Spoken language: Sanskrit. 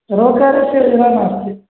रोकारस्य इह नास्ति